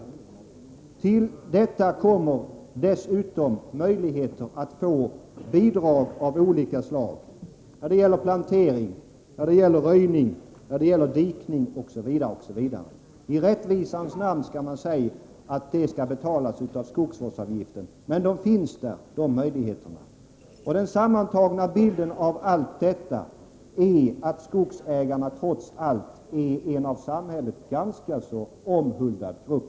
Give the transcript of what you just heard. Härtill kommer möjligheter att få bidrag av olika slag när det gäller plantering, röjning, dikning osv. I rättvisans namn vill jag säga att detta skall betalas genom skogsvårdsavgiften. Men möjligheterna finns alltså, och det samlade intrycket av allt detta blir att skogsägarna trots allt är en av samhället rätt så omhuldad grupp.